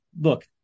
look